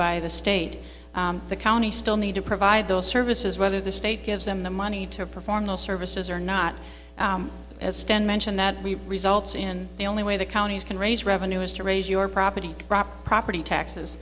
by the state the county still need to provide those services whether the state gives them the money to perform those services or not as stan mentioned that we results in the only way the counties can raise revenue is to raise your property property taxes